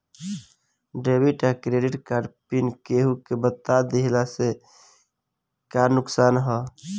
Debit या credit card pin केहूके बता दिहला से का नुकसान ह?